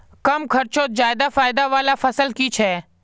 कम खर्चोत ज्यादा फायदा वाला फसल की छे?